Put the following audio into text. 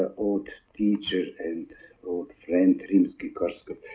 old teacher and old friend, rimsky-korsakov.